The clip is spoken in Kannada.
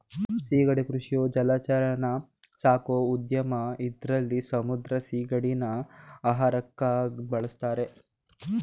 ಸಿಗಡಿ ಕೃಷಿಯು ಜಲಚರನ ಸಾಕೋ ಉದ್ಯಮ ಇದ್ರಲ್ಲಿ ಸಮುದ್ರದ ಸಿಗಡಿನ ಆಹಾರಕ್ಕಾಗ್ ಬಳುಸ್ತಾರೆ